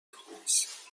france